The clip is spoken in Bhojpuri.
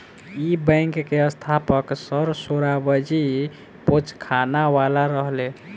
इ बैंक के स्थापक सर सोराबजी पोचखानावाला रहले